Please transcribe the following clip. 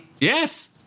yes